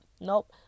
nope